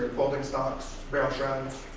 folding stocks